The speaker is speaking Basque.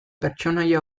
pertsonaia